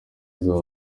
zaba